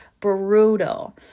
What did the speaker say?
brutal